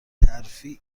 ترفیع